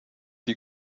die